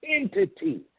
entity